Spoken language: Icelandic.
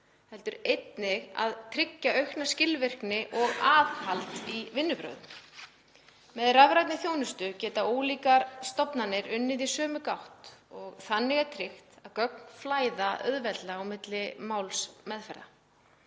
heldur einnig tryggja aukna skilvirkni og aðhald í vinnubrögðum. Með rafrænni þjónustu geta ólíkar stofnanir unnið í sömu gátt og þannig tryggt að gögn flæði auðveldlega á milli málsmeðferða.